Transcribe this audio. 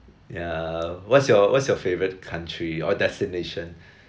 ya what's your what's your favourite country or destination